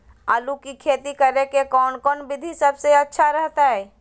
आलू की खेती करें के कौन कौन विधि सबसे अच्छा रहतय?